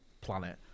planet